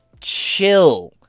chill